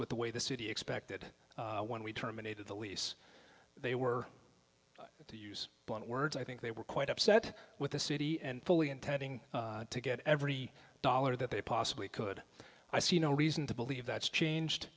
with the way the city expected when we terminated the lease they were to use blunt words i think they were quite upset with the city and fully intending to get every dollar that they possibly could i see no reason to believe that's changed